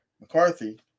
McCarthy